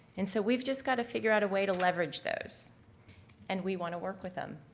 and so we've just got to figure out a way to leverage those and we want to work with them,